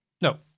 No